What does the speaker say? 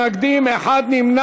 49 בעד, 19 מתנגדים, אחד נמנע.